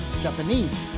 Japanese